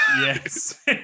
Yes